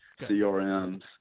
CRMs